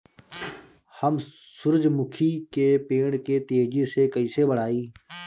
हम सुरुजमुखी के पेड़ के तेजी से कईसे बढ़ाई?